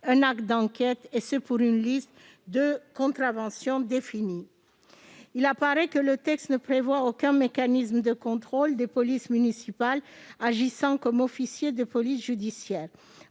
un acte d'enquête, et ce pour une liste de contraventions définies. Il apparaît que le texte ne prévoit aucun mécanisme de contrôle des polices municipales agissant comme officier de police judiciaire.